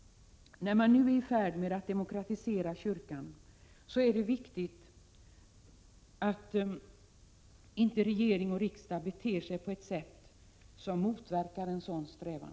När man nu är i färd med att demokratisera kyrkan är det viktigt att regering och riksdag inte beter sig på ett sätt som motverkar en sådan strävan.